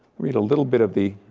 read a little bit of the